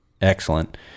excellent